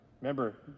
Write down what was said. Remember